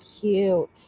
cute